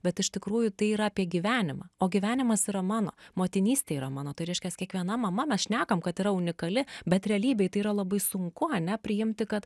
bet iš tikrųjų tai yra apie gyvenimą o gyvenimas yra mano motinystė yra mano tai reiškias kiekviena mama mes šnekam kad yra unikali bet realybėj tai yra labai sunku ane priimti kad